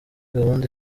gahunda